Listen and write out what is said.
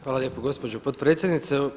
Hvala lijepo gospođo potpredsjednice.